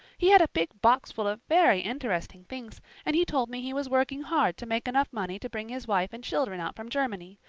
he had a big box full of very interesting things and he told me he was working hard to make enough money to bring his wife and children out from germany.